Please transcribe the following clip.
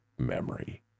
memory